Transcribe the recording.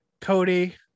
Cody